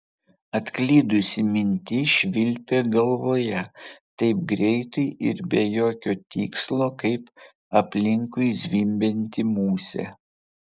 atklydusi mintis švilpė galvoje taip greitai ir be jokio tikslo kaip aplinkui zvimbianti musė